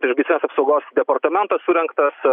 priešgaisrinės apsaugos departamento surengtas